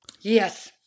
Yes